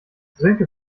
sönke